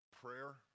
prayer